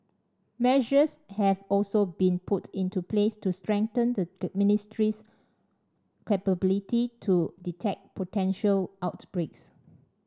measures have also been put into place to strengthen the ministry's capability to detect potential outbreaks